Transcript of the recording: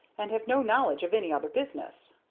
and have no knowledge of any other business.